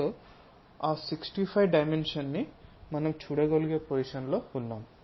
so ఆ 64 dimension మనం చూడగలిగే పొజిషన్ లో ఉన్నాము